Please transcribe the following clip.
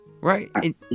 Right